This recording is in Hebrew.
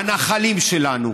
הנחלים שלנו,